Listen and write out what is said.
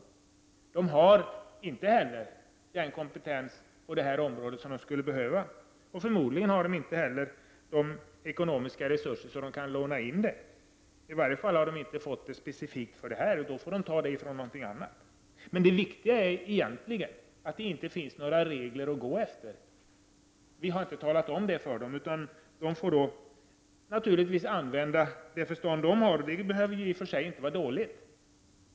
Lantbruksstyrelsen har inte heller den kompetens på detta område som skulle behövas och förmodligen inte heller ekonomiska resurser för att låna in den. I varje fall har lantbruksstyrelsen inte fått resurser specifikt för detta, utan får ta de resurserna från något annat. Det viktiga är att det inte finns några regler att gå efter. Vi har inte talat om vilka regler som skall gälla. De som skall göra bedömningarna får använda det förstånd de har, och det behöver i och för sig inte vara dåligt.